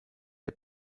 der